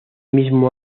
mismo